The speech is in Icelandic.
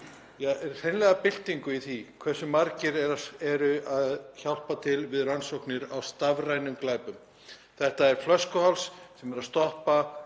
að gera byltingu í því hversu margir eru að hjálpa til við rannsóknir á stafrænum glæpum. Þetta er flöskuháls sem er að stoppa